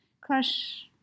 crush